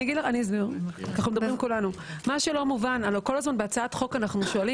אני אסביר הרי כל הזמן בהצעת החוק אנחנו שואלים